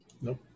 Nope